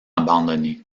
abandonnés